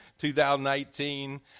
2018